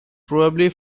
probably